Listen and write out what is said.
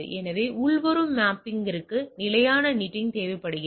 எனவே உள்வரும் மேப்பிங்கிற்கு நிலையான நேட்டிங் தேவைப்படுகிறது